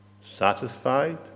satisfied